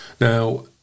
Now